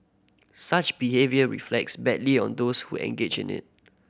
such behaviour reflects badly on those who engage in it